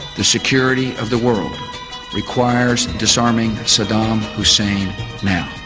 the security of the world requires disarming saddam hussein now.